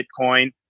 Bitcoin